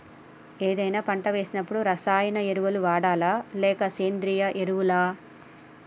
ఏదైనా పంట వేసినప్పుడు రసాయనిక ఎరువులు వాడాలా? లేక సేంద్రీయ ఎరవులా?